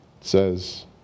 says